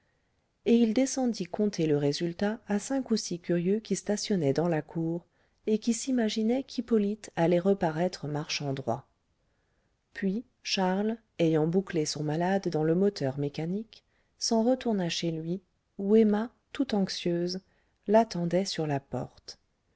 et il descendit conter le résultat à cinq ou six curieux qui stationnaient dans la cour et qui s'imaginaient qu'hippolyte allait reparaître marchant droit puis charles ayant bouclé son malade dans le moteur mécanique s'en retourna chez lui où emma tout anxieuse l'attendait sur la porte